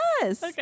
Yes